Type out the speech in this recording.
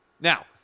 Now